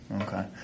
Okay